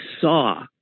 saw